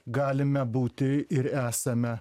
galime būti ir esame